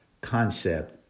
concept